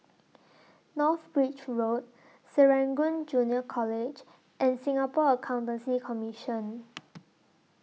North Bridge Road Serangoon Junior College and Singapore Accountancy Commission